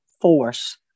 force